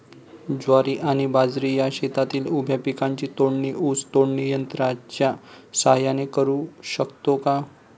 ज्वारी आणि बाजरी या शेतातील उभ्या पिकांची तोडणी ऊस तोडणी यंत्राच्या सहाय्याने करु शकतो का?